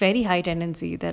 fairly high tendency that